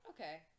Okay